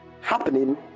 happening